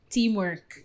Teamwork